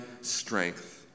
strength